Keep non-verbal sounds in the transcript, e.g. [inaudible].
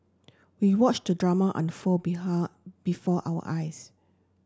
we watched the drama unfold [unintelligible] before our eyes